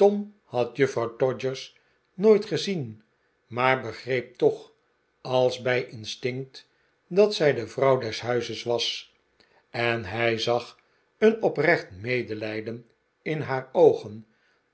tom had juffrouw todgers nooit gezien maar begreep toch als bij instinct dat zij de vrouw des huizes was en hij zag een oprecht medelijden in haar oogen